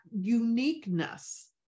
uniqueness